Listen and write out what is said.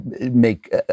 make